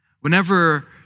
Whenever